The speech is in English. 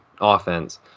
offense